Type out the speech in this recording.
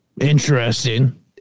interesting